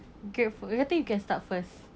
good for I think you can start first